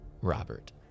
Robert